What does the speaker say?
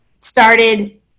started